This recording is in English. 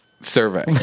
survey